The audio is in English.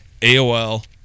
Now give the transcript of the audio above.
AOL